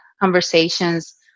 conversations